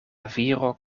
viro